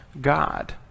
God